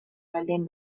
baldin